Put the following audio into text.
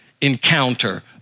encounter